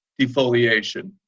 defoliation